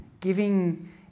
Giving